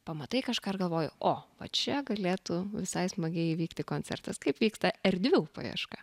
pamatai kažką ir galvoji o va čia galėtų visai smagiai įvykti koncertas kaip vyksta erdvių paieška